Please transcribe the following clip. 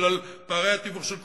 בגלל פערי התיווך של קופות-החולים.